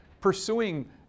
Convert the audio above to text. pursuing